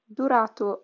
durato